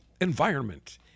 environment